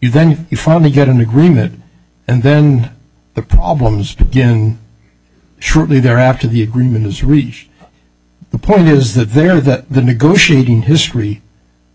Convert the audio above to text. you then you finally get an agreement and then the problems to begin shortly thereafter the agreement is reached the point is that there that the negotiating history